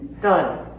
Done